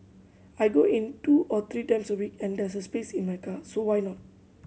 I go in two or three times a week and there's space in my car so why not